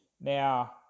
Now